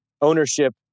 ownership